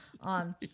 on